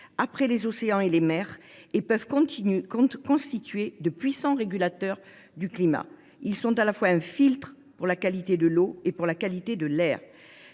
après les océans et les mers, et peuvent constituer de puissants régulateurs du climat. Ils sont un filtre essentiel à la fois pour la qualité de l’eau et pour la qualité de l’air.